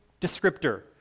descriptor